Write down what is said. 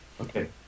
Okay